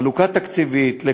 חלוקה תקציבית לכוח-אדם,